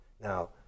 Now